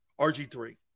RG3